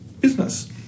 business